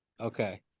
Okay